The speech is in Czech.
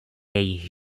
jejich